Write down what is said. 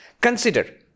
Consider